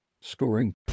scoring